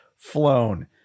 Flown